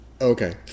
Okay